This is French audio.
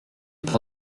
par